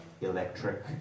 electric